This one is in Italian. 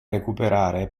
recuperare